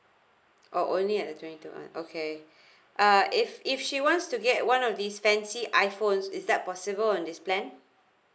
oh only at the twenty two month okay uh if if she wants to get one of this fancy iphone is that possible on this plan